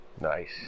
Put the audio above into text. Nice